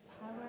power